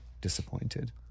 disappointed